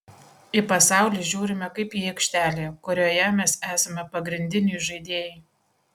į pasaulį žiūrime kaip į aikštelę kurioje mes esame pagrindiniai žaidėjai